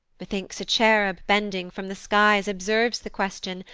methinks a cherub bending from the skies observes the question,